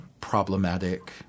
problematic